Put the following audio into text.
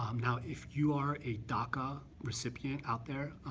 um now if you are a daca recipient out there,